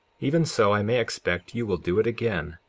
even so i may expect you will do it again.